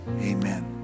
Amen